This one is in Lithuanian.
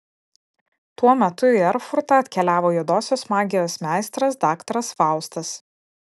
tuo metu į erfurtą atkeliavo juodosios magijos meistras daktaras faustas